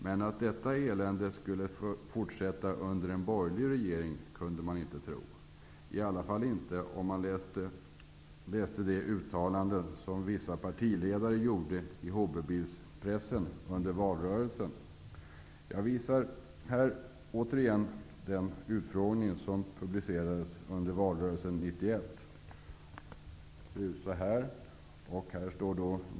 Men att detta elände skulle fortsätta under en borgerlig regering kunde man inte tro, i alla fall inte om man läste de uttalanden som vissa partiledare gjorde i hobbybilspressen under valrörelsen. Jag citerar här ur den utfrågning som en tidskrift publicerade i valrörelsen 1991.